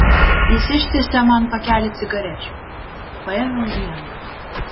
jis ištiesė man pakelį cigarečių paėmiau vieną